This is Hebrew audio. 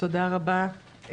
תודה רבה.